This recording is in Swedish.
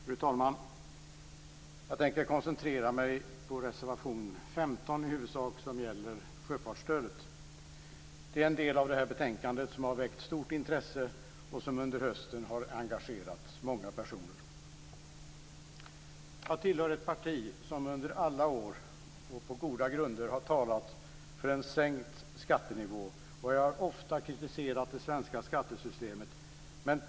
Fru talman! Jag tänker i huvudsak koncentrera mig på reservation 15, som gäller sjöfartsstödet. Det är en del av betänkandet som har väckt stort intresse och som under hösten har engagerat många personer. Jag tillhör ett parti som under alla år, och på goda grunder, har talat för en sänkt skattenivå. Jag har ofta kritiserat det svenska skattesystemet.